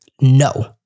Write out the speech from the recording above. No